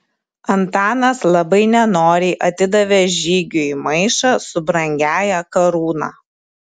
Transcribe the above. antanas labai nenoriai atidavė žygiui maišą su brangiąja karūna